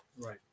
Right